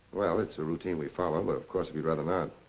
well, it's a routine we follow, but of course, if you'd rather not.